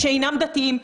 אנשים שאינם דתיים.